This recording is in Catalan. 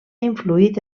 influït